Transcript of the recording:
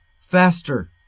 faster